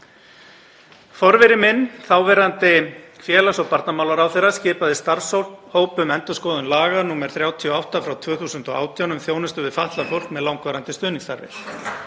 Forveri minn, þáverandi félags- og barnamálaráðherra, skipaði starfshóp um endurskoðun laga nr. 38/2018 um þjónustu við fatlað fólk með langvarandi stuðningsþarfir.